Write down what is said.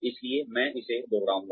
इसलिए मैं इसे दोहराऊंगा